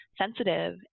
sensitive